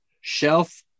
Shelf